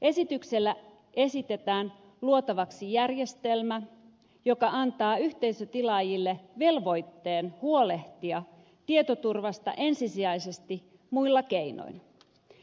esityksellä esitetään luotavaksi järjestelmä joka antaa yhteisötilaajille velvoitteen huolehtia tietoturvasta ensisijaisesti muilla keinoin